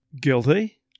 Guilty